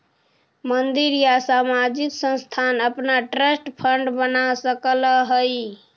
मंदिर या सामाजिक संस्थान अपना ट्रस्ट फंड बना सकऽ हई